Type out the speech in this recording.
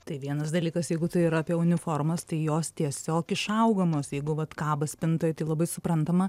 tai vienas dalykas jeigu tai yra apie uniformas tai jos tiesiog išaugamos jeigu vat kabo spintoj tai labai suprantama